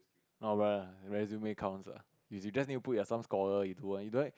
no lah but resumes count lah if you just need to put your some scholar into you don't